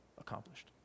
accomplished